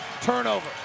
Turnover